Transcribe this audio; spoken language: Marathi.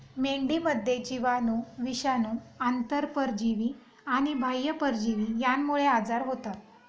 मेंढीमध्ये जीवाणू, विषाणू, आंतरपरजीवी आणि बाह्य परजीवी यांमुळे आजार होतात